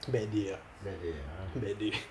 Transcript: bad day ah bad day